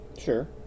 sure